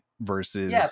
versus